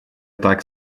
так